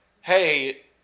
Hey